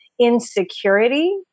insecurity